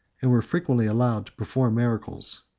and were frequently allowed to perform miracles.